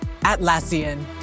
Atlassian